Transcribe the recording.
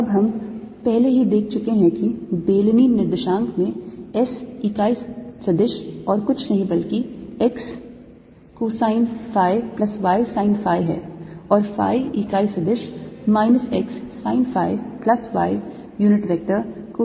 अब हम पहले ही देख चुके हैं कि बेलनी निर्देशांक में S इकाई सदिश और कुछ नहीं बल्कि x cosine phi plus y sine phi है और phi इकाई सदिश minus x sine phi plus y unit vector cosine phi के बराबर है